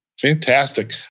Fantastic